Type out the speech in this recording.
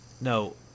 No